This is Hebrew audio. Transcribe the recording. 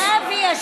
אבל במידה שירימו.